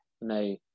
no